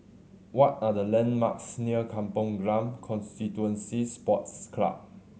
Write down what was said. what are the landmarks near Kampong Glam Constituency Sports Club